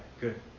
Good